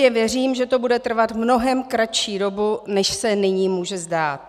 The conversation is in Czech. Pevně věřím, že to bude trvat mnohem kratší dobu, než se nyní může zdát.